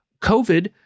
COVID